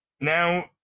Now